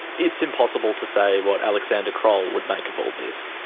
it's impossible to say what alexander croll would make of all this.